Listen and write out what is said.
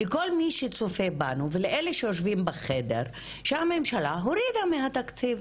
לכל מי שצופה בנו ולאלה שיושבים בחדר שהממשלה הורידה מהתקציב.